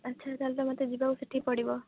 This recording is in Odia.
ଆଚ୍ଛା ତା'ହେଲେ ତ ମୋତେ ଯିବାକୁ ସେଠିକି ପଡ଼ିବ